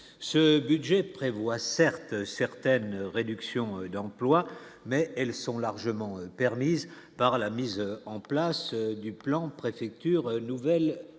ce budget. Prévoit certes certaines réductions d'emplois, mais elles sont largement permise par la mise en place du plan préfecture nouvelle